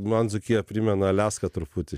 man dzūkija primena aliaską truputį